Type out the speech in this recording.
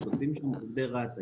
הם כותבים שם עובדי רת"א.